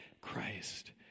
Christ